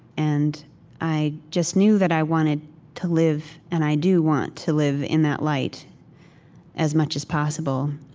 and i just knew that i wanted to live, and i do want to live in that light as much as possible,